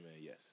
yes